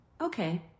Okay